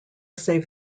save